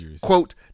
quote